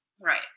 Right